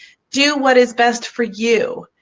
do what is best for you.